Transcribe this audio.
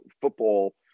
football